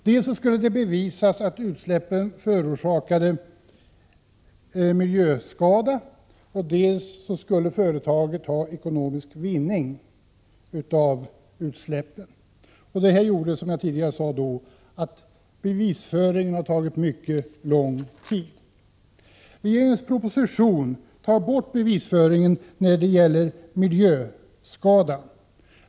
Dels skulle det bevisas att utsläppen förorsakat miljöskada, dels skulle företaget ha ekonomisk vinning av utsläppen. Detta har, som jag redan nämnt, lett till att bevisföringen har tagit mycket lång tid. Regeringen tar i propositionen bort bevisföringen när det gäller miljöskada.